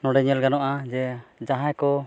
ᱱᱚᱰᱮ ᱧᱮᱞ ᱜᱟᱱᱚᱜᱼᱟ ᱡᱮ ᱡᱟᱦᱟᱭ ᱠᱚ